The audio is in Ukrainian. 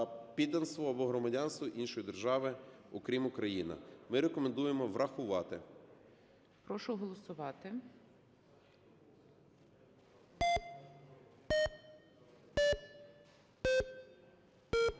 підданство або громадянство іншої держави, окрім Україна. Ми рекомендуємо врахувати. ГОЛОВУЮЧИЙ. Прошу голосувати.